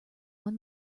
one